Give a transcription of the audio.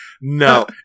No